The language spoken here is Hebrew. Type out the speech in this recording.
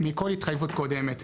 התחייבות קודמת.